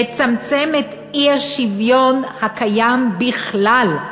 לצמצם את האי-שוויון הקיים בכלל,